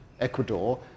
Ecuador